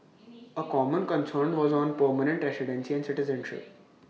A common concern was on permanent residency and citizenship